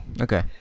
okay